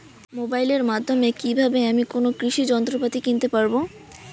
মোবাইলের মাধ্যমে কীভাবে আমি কোনো কৃষি যন্ত্রপাতি কিনতে পারবো?